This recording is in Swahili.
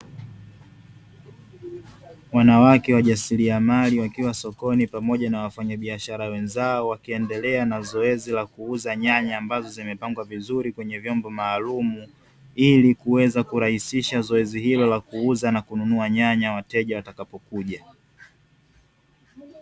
Wanawake wajasiriamali wakiwa sokoni pamoja na wafanyabiashara wenzao wakiendelea na zoezi la kuuza nyanya ambazo zimepangwa vizuri kwenye vyombo maalumu ilikuweza kurahisisha zoezi hilo la kuuza na kununua nyanya wateja watakapo kuja.